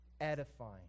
Edifying